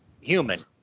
human